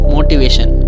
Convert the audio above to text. Motivation